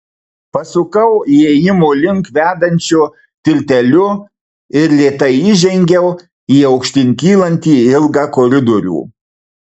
pasukau įėjimo link vedančiu tilteliu ir lėtai įžengiau į aukštyn kylantį ilgą koridorių